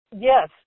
Yes